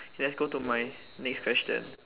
let's go to my next question